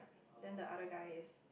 then the other guy is